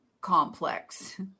complex